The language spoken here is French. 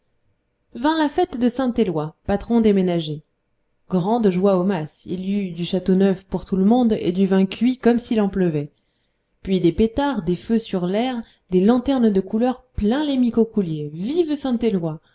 vint la fête de saint éloi patron des ménagers grande joie au mas il y eut du châteauneuf pour tout le monde et du vin cuit comme s'il en pleuvait puis des pétards des feux sur l'aire des lanternes de couleur plein les micocouliers vive